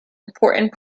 important